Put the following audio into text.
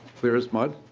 clear as mud.